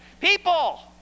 People